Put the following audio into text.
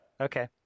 Okay